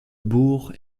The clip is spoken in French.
bourg